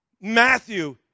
Matthew